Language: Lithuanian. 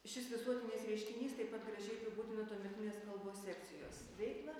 šis visuotinis reiškinys taip pat gražiai apibūdina tuometinės kalbos sekcijos veiklą